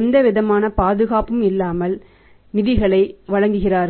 எந்தவிதமான பாதுகாப்பும் இல்லாமல் நிதிகளை வழங்குகிறார்கள்